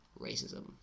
racism